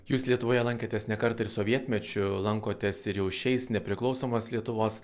jūs lietuvoje lankėtės ne kartą ir sovietmečiu lankotės ir jau šiais nepriklausomos lietuvos